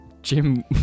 Jim